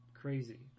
crazy